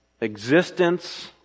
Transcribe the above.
existence